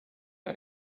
our